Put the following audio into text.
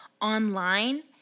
online